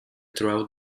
throughout